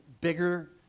bigger